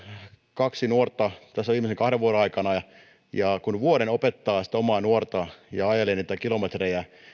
kaksi nuorta tässä viimeisen kahden vuoden aikana ja kun vuoden opettaa sitä omaa nuortaan ja ajelee niitä kilometrejä